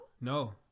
No